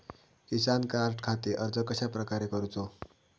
किसान कार्डखाती अर्ज कश्याप्रकारे करूचो?